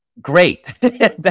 great